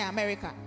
America